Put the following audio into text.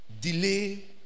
Delay